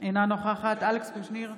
אינה נוכחת אלכס קושניר,